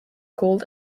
called